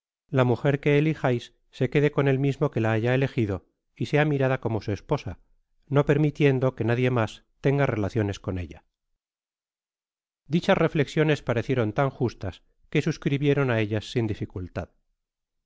la mujer que elijais se quede con el mismoque la haya elegido y sea mirada como su esposa no permitiendo que nadie mas tenga relaciones con ella dichas reflexiones parecieron tan justas que suscribieron á ellas sin dificultad